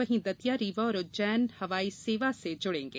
वहीं दतिया रीवा और उज्जैन हवाई सेवा से जुड़ेंगे